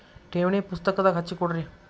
ಠೇವಣಿ ಪುಸ್ತಕದಾಗ ಹಚ್ಚಿ ಕೊಡ್ರಿ